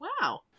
Wow